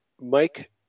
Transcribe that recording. Mike